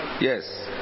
Yes